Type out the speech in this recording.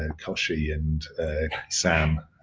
and kochie and sam,